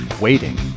Waiting